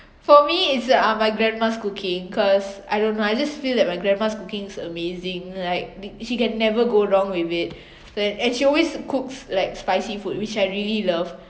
for me it's uh my grandma's cooking cause I don't know I just feel that my grandma cooking's amazing like she can never go wrong with it and she always cooks like spicy food which I really love